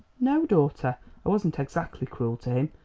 no, daughter i wasn't exactly cruel to him.